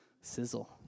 Sizzle